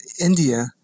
India